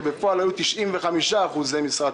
ובפועל היו 95% משרת